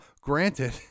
granted